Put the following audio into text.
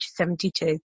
72